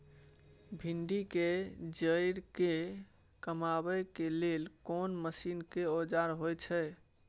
भिंडी के जईर के कमबै के लेल कोन मसीन व औजार होय छै?